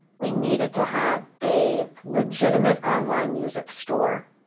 we needed to have a legitimate online music store.